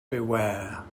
beware